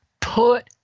put